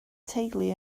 teulu